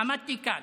עמדתי כאן,